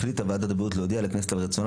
החליטה ועדת הבריאות להודיע לכנסת על רצונה